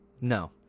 No